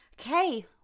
Okay